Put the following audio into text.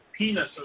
Penises